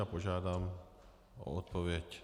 Požádám o odpověď.